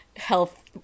health